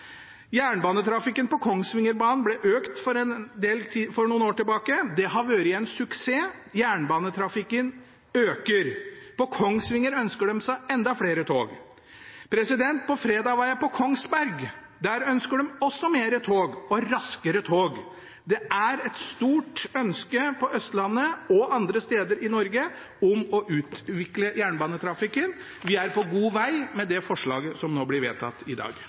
Jernbanetrafikken på Kongsvingerbanen ble økt for noen år tilbake. Det har vært en suksess. Jernbanetrafikken øker. På Kongsvinger ønsker de seg enda flere tog. På fredag var jeg på Kongsberg. Der ønsker de også mer tog og raskere tog. Det er et stort ønske på Østlandet og andre steder i Norge om å utvikle jernbanetrafikken. Vi er på god veg med det forslaget som nå blir vedtatt i dag.